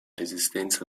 resistenza